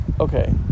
Okay